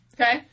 Okay